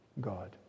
God